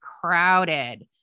crowded